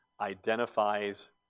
identifies